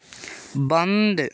बंद